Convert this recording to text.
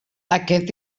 aquest